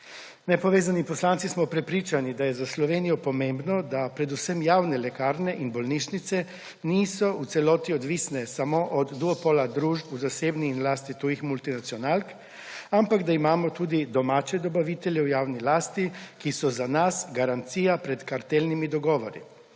Nepovezani poslanci smo prepričani, da je za Slovenijo pomembno, da predvsem javne lekarne in bolnišnice niso v celoti odvisne samo od duopola družb v zasebni in lasti tujih multinacionalk, ampak da imamo tudi domače dobavitelje v javni lasti, ki so za nas garancija pred kartelnimi dogovori.